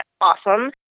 awesome